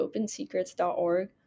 OpenSecrets.org